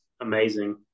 amazing